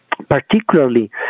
particularly